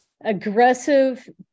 aggressive